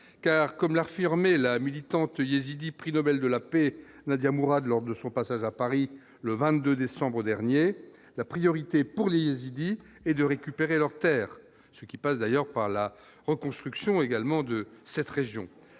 car, comme l'affirmait la militante yézidie, Prix Nobel de la paix Nadia Mourad lors de son passage à Paris, le 22 décembre dernier la priorité pour les il dit et de récupérer leurs Terres, ce qui passe d'ailleurs par la reconstruction également de cette région,